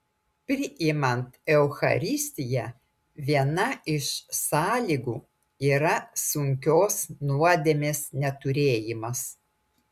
priimant eucharistiją viena iš sąlygų yra sunkios nuodėmės neturėjimas